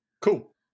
cool